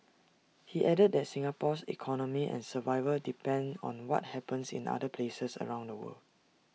he added that Singapore's economy and survival depend on what happens in other places around the world